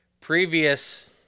Previous